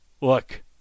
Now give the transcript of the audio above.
Look